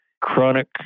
chronic